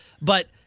but-